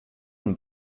and